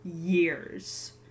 years